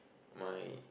my